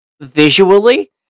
visually